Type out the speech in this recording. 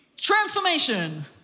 transformation